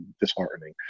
disheartening